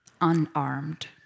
unarmed